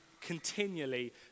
continually